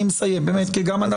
באמת אני מסיים באמת כי גם אנחנו.